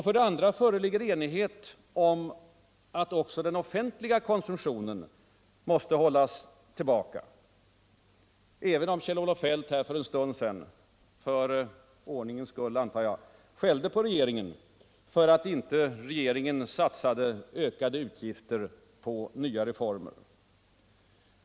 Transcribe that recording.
För det andra föreligger enighet om att också den offentliga konsumtionen måste hållas tillbaka, även om Kjell-Olof Feldt för en stund sedan — för ordningens skull, antar jag — skällde på regeringen för att den inte satsade ökade utgifter på nya reformer.